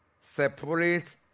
Separate